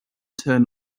turn